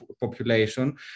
population